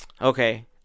Okay